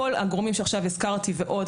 כל הגורמים שעכשיו הזכרתי ועוד,